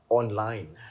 online